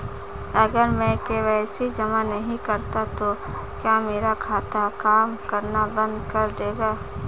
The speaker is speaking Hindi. अगर मैं के.वाई.सी जमा नहीं करता तो क्या मेरा खाता काम करना बंद कर देगा?